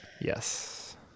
yes